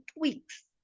tweaks